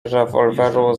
rewolweru